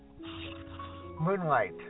Moonlight